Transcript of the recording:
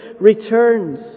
returns